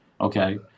Okay